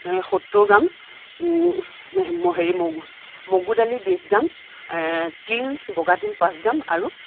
সত্তৰ গ্ৰাম হেৰি মগু মগুদালি বিশ গ্ৰাম তিল বগা তিল পাঁচ গ্ৰাম আৰু